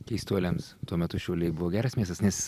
keistuoliams tuo metu šiauliai buvo geras miestas nes